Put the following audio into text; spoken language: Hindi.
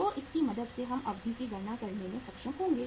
तो इसकी मदद से हम अवधि की गणना करने में सक्षम होंगे